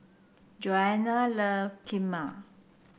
Joanna love Kheema